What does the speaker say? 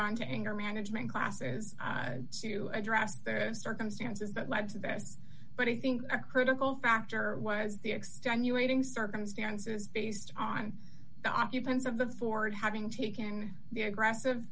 gone to anger management classes to address the circumstances that led to this but i think a critical factor was the extenuating circumstances based on the occupants of the ford having taken the aggressive